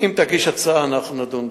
תגיש הצעה אנחנו נדון בזה.